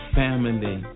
family